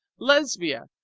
lesbia,